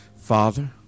Father